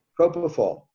Propofol